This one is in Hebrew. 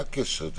מה הקשר?